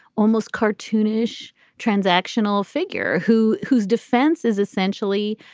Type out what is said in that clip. almost cartoonish transactional figure who whose defense is essentially,